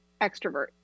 extrovert